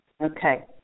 Okay